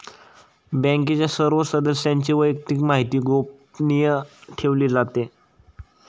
बँकेच्या सर्व सदस्यांची वैयक्तिक माहिती गोपनीय ठेवली जाते